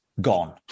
gone